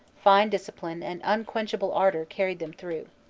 fine discipline and unquenchable ardor carried them through.